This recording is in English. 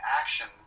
action